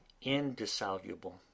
indissoluble